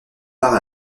part